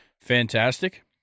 fantastic